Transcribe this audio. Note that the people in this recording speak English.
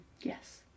Yes